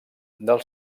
del